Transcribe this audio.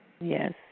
yes